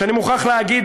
שאני מוכרח להגיד